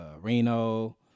Reno